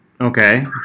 Okay